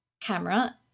camera